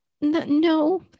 no